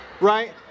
right